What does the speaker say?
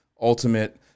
ultimate